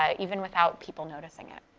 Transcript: um even without people noticing it.